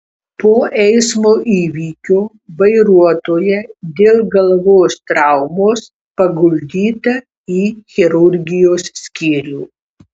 po eismo įvykio vairuotoja dėl galvos traumos paguldyta į chirurgijos skyrių